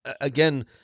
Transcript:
again